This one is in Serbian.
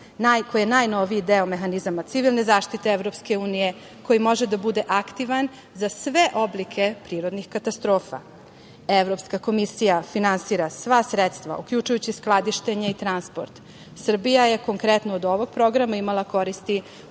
koji je najnoviji deo mehanizama civilne zaštite Evropske unije koji može da bude aktivan za sve oblike prirodnih katastrofa. Evropska komisija finansira sva sredstva, uključujući skladištenje i transport. Srbija je konkretno od ovog programa imala koristi